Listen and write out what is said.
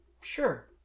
Sure